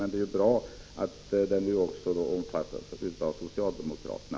Men det är ju bra att den nu också omfattas av socialdemokraterna.